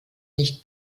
nicht